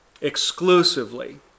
Exclusively